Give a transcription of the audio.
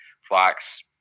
Fox